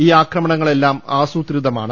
ഈ ആക്രമണങ്ങളെല്ലാം ആസൂത്രിതമാണ്